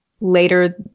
later